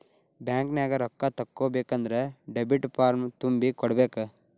ಬ್ಯಾಂಕ್ನ್ಯಾಗ ರೊಕ್ಕಾ ತಕ್ಕೊಬೇಕನ್ದ್ರ ಡೆಬಿಟ್ ಫಾರ್ಮ್ ತುಂಬಿ ಕೊಡ್ಬೆಕ್